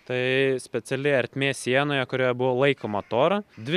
tai speciali ertmė sienoje kurioje buvo laikoma tora dvi